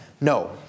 No